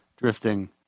drifting